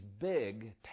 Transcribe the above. big